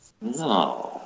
No